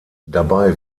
dabei